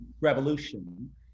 revolution